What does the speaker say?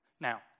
Now